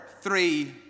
three